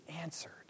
answered